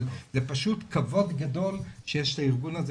אבל זה פשוט כבוד גדול שיש את הארגון כזה,